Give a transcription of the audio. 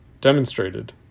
demonstrated